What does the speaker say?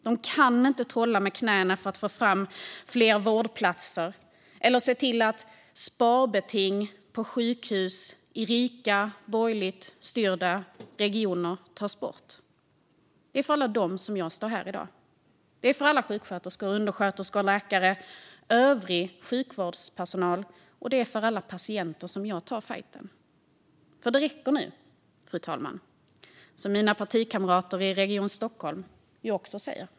De kan inte trolla med knäna för att få fram fler vårdplatser eller se till att sparbeting på sjukhus i rika borgerligt styrda regioner tas bort. Det är för alla dem som jag står här i dag. Det är för alla sjuksköterskor, undersköterskor, läkare och övrig sjukvårdspersonal. Och det är för alla patienter som jag tar fajten, fru talman, för det räcker nu! Det säger också mina partikamrater i Region Stockholm.